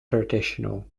traditional